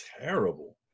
terrible